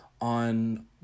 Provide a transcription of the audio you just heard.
on